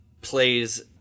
plays